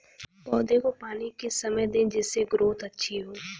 पौधे को पानी किस समय दें जिससे ग्रोथ अच्छी हो?